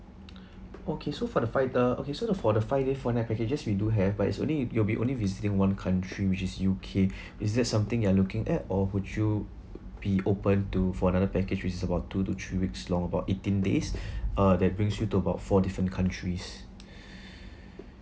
okay so for the five the okay so for the five days four nights packages we do have but it's only you will be only visiting one country which is U_K is that something you are looking at or would you be open to for another package which is about two to three weeks long about eighteen days uh that brings you to about four different countries